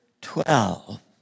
twelve